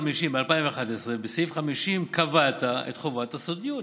ב-2011, ובסעיף 50 קבעת את חובת הסודיות.